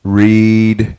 read